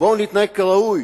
בואו נתנהג כראוי,